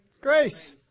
grace